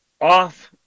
off